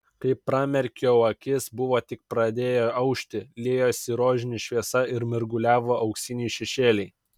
kai pramerkiau akis buvo tik pradėję aušti liejosi rožinė šviesa ir mirguliavo auksiniai šešėliai